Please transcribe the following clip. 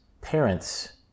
parents